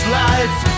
life